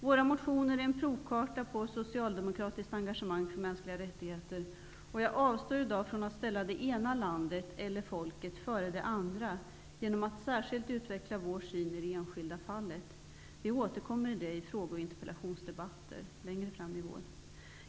Våra motioner är en provkarta på socialdemokratiskt engagemang för mänskliga rättigheter, och jag avstår i dag från att ställa det ena landet eller folket före det andra genom att särskilt utveckla vår syn i det enskilda fallet. Vi återkommer till det i frågor och interpellationsdebatter under våren.